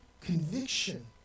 conviction